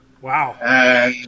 Wow